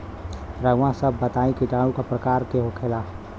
रउआ सभ बताई किटाणु क प्रकार के होखेला?